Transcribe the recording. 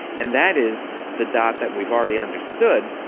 and that is the dot that we've already understood,